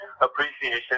Appreciation